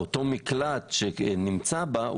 אותו מקלט שנמצא בה,